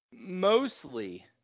mostly